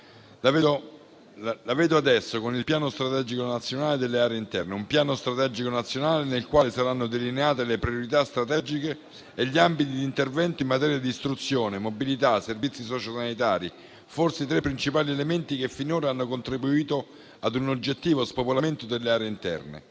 La vedo adesso con il piano strategico nazionale delle aree interne, nel quale saranno delineati le priorità strategiche e gli ambiti di intervento in materia di istruzione, mobilità e servizi sociosanitari, forse i tre principali elementi che finora hanno contribuito a un oggettivo spopolamento delle aree interne.